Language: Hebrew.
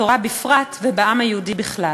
בתורה בפרט ובעם היהודי בכלל.